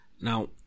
Now